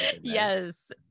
Yes